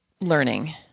learning